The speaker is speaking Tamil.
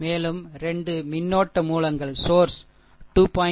மேலும் 2 மின்னோட்ட மூலங்கள்சோர்ஷ் 2